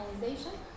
organization